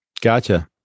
Gotcha